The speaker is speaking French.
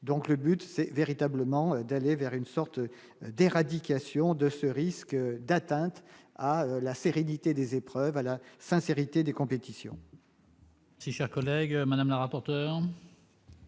donc, le but c'est véritablement d'aller vers une sorte d'éradication de ce risque d'atteinte à la sérénité des épreuves à la sincérité des compétitions. Si chers collègues Madame la rapporteur.